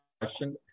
question